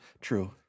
True